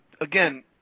again